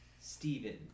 Stephen